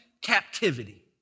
captivity